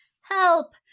Help